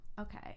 okay